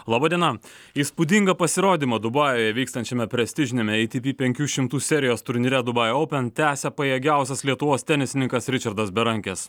laba diena įspūdingą pasirodymą dubajuje vykstančiame prestižiniame eitivi penkių šimtų serijos turnyre dubai oupen tęsia pajėgiausias lietuvos tenisininkas ričardas berankis